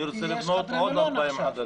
אני רוצה לבנות עוד חדרים.